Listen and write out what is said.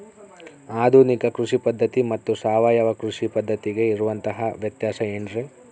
ಆಧುನಿಕ ಕೃಷಿ ಪದ್ಧತಿ ಮತ್ತು ಸಾವಯವ ಕೃಷಿ ಪದ್ಧತಿಗೆ ಇರುವಂತಂಹ ವ್ಯತ್ಯಾಸ ಏನ್ರಿ?